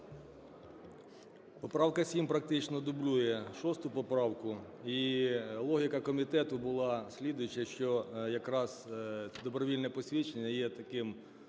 Поправка 7 практично дублює 6 поправку, і логіка комітету була слідуюча, що якраз добровільне посвідчення є таким